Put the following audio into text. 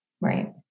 Right